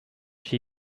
she